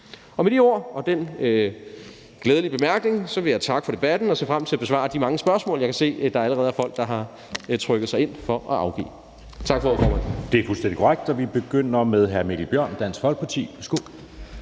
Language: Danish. om. Med de ord og den glædelige bemærkning vil jeg takke for debatten og ser frem til at besvare de mange spørgsmål, jeg kan se der allerede er folk der har trykket sig ind for at afgive. Tak for ordet, formand. Kl. 11:55 Anden næstformand (Jeppe Søe): Det er fuldstændig korrekt. Og vi begynder med hr. Mikkel Bjørn, Dansk Folkeparti.